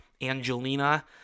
Angelina